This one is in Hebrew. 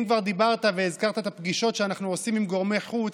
אם כבר דיברת והזכרת את הפגישות שאנחנו עושים עם גורמי חוץ,